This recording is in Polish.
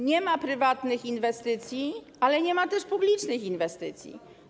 Nie ma prywatnych inwestycji, ale nie ma też publicznych inwestycji.